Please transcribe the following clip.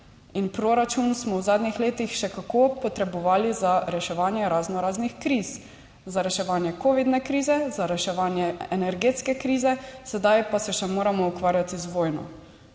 In proračun smo v zadnjih letih še kako potrebovali za reševanje razno raznih kriz, za reševanje covidne krize, za reševanje energetske krize. Sedaj pa se še moramo ukvarjati z vojno.